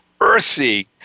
earthy